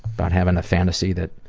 about having a fantasy that,